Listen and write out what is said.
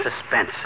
suspense